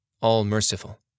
all-merciful